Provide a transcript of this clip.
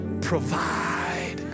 provide